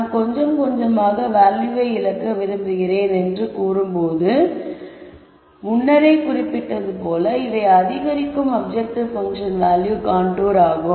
நாம் கொஞ்சம் கொஞ்சமாக வேல்யூவை இழக்க விரும்புகிறேன் என்று நாம் கூறும்போது முன்னரே குறிப்பிட்டது போல இவை அதிகரிக்கும் அப்ஜெக்டிவ் பங்க்ஷன் வேல்யூ கான்டூர் ஆகும்